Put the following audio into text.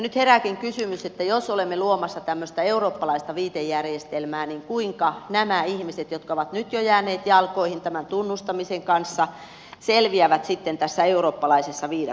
nyt herääkin kysymys että jos olemme luomassa tämmöistä eurooppalaista viitejärjestelmää niin kuinka nämä ihmiset jotka ovat nyt jo jääneet jalkoihin tämän tunnustamisen kanssa selviävät sitten tässä eurooppalaisessa viidakossa